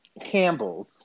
Campbell's